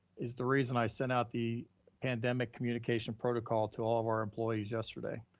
is the reason i sent out the pandemic communication protocol to all of our employees yesterday.